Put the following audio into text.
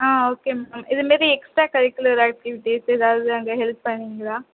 ஆ okay ma'am இதுமாரி extracurricular activities ஏதாவது அங்கே ஹெல்ப் பண்ணுவிங்களா